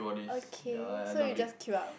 okay so you just queue up